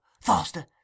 Faster